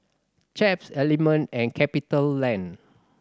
Chaps Element and CapitaLand